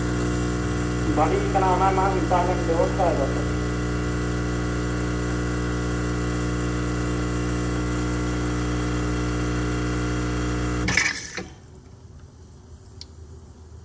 ᱵᱟᱹᱲᱤᱡ ᱠᱟᱱᱟ ᱚᱱᱟ ᱨᱮᱱᱟᱜ ᱛᱟᱦᱚᱞᱮᱢ ᱵᱮᱵᱚᱥᱛᱟᱭ ᱫᱟᱛᱚ